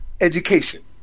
education